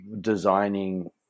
designing